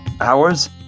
Hours